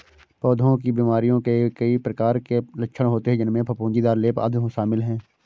पौधों की बीमारियों में कई प्रकार के लक्षण होते हैं, जिनमें फफूंदीदार लेप, आदि शामिल हैं